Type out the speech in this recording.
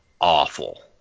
awful